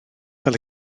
fel